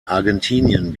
argentinien